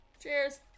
Cheers